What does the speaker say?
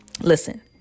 Listen